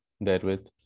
therewith